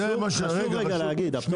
זה מה שאני שואל.